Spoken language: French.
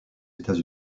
états